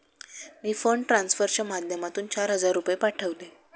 मी fund ट्रान्सफरच्या माध्यमातून चार हजार रुपये पाठवले